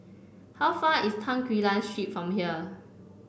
how far is Tan Quee Lan Street from here